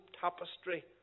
tapestry